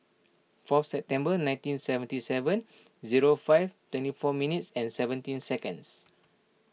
four September nineteen seventy seven zero five twenty four minutes and seventeen seconds